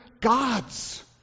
God's